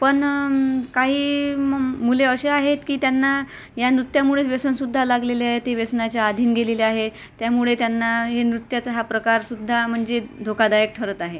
पण काही मग मुले अशी आहेत की त्यांना या नृत्यामुळेच व्यसनसुद्धा लागलेले आहे ती व्यसनाच्या अधीन गेलेली आहे त्यामुळे त्यांना हे नृत्याचा हा प्रकारसुद्धा म्हणजे धोकादायक ठरत आहे